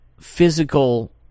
physical